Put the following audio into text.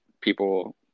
people